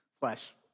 flesh